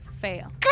Fail